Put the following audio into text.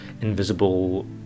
invisible